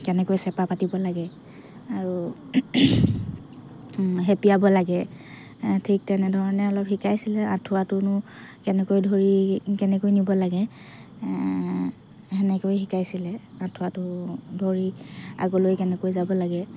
কেনেকৈ চেপা পাতিব লাগে আৰু সেপিয়াব লাগে ঠিক তেনেধৰণে অলপ শিকাইছিলে আঁঠুৱাটোনো কেনেকৈ ধৰি কেনেকৈ নিব লাগে সেনেকৈ শিকাইছিলে আঁঠুৱাটো ধৰি আগলৈ কেনেকৈ যাব লাগে